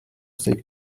safe